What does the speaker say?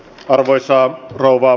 arvoisa rouva